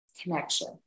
connection